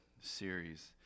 series